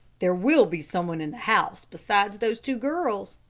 there will be some one in the house besides those two girls?